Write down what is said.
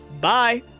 Bye